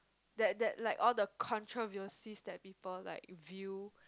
that that like all the controversies that people like view